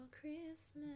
Christmas